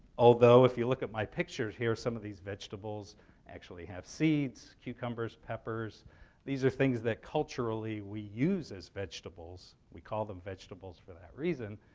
although if you look at my pictures here, some of these vegetables actually have seeds. cucumbers, peppers these are things that culturally we use as vegetables. we call them vegetables for that reason,